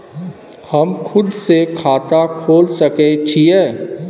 हम खुद से खाता खोल सके छीयै?